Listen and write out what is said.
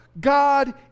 God